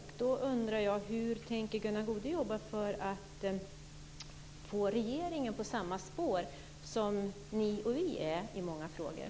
Hur tänker Gunnar Goude jobba för att få regeringen på samma spår som ni och vi är i många frågor?